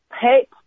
pay